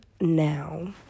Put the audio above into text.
now